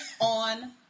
on